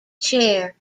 chair